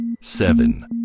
seven